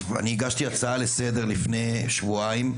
ואני הגשתי הצעה לסדר לפני שבועיים,